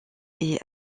est